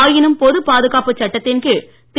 ஆயினும் பொது பாதுகாப்புச் சட்டத்தின் கீழ் திரு